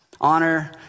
Honor